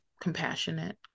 compassionate